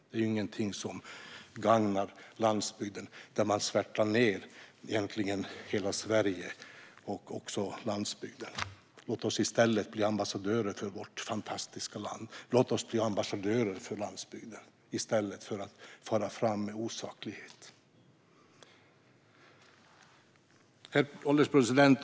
Det är ingenting som gagnar landsbygden när man egentligen svärtar ned hela Sverige och även landsbygden. Låt oss i stället bli ambassadörer för vårt fantastiska land! Låt oss bli ambassadörer för landsbygden i stället för att fara med osaklighet. Herr ålderspresident!